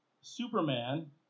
Superman